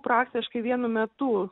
praktiškai vienu metu